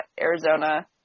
Arizona